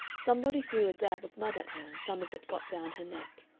somebody threw a dab of mud at her, and some of it got down her neck.